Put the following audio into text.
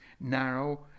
narrow